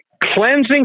cleansing